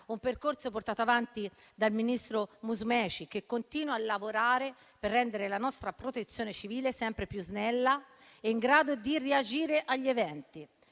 un percorso portato avanti dal ministro Musumeci, che continua a lavorare per rendere la nostra Protezione civile sempre più snella e in grado di reagire agli eventi.